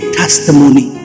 testimony